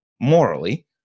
morally